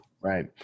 right